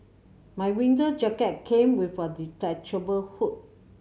my winter jacket came with a detachable hood